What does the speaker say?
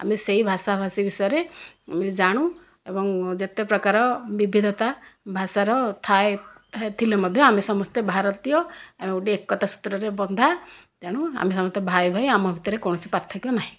ଆମେ ସେହି ଭାଷା ଭାଷି ବିଷୟରେ ଜାଣୁ ଏବଂ ଯେତେ ପ୍ରକାର ବିବିଧତା ଭାଷାର ଥାଏ ଥିଲେ ମଧ୍ୟ ଆମେ ସମସ୍ତେ ଭାରତୀୟ ଆଉ ଗୋଟିଏ ଏକତା ସୂତ୍ରରେ ବନ୍ଧା ତେଣୁ ଆମେ ସମସ୍ତେ ଭାଇ ଭାଇ ଆମ ଭିତରେ କୌଣସି ପାର୍ଥକ୍ୟ ନାହିଁ